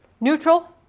Neutral